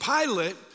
Pilate